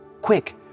Quick